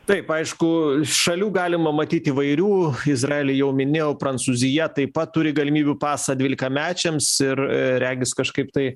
taip aišku šalių galima matyt įvairių izraelį jau minėjau prancūzija taip pat turi galimybių pasą dvylikamečiams ir regis kažkaip tai